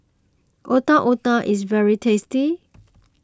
Otak Otak is very tasty